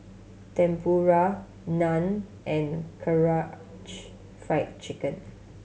Tempura Naan and Karaage Fried Chicken